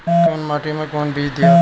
कौन माटी मे कौन बीज दियाला?